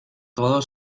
todo